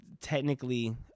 technically